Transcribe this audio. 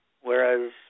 whereas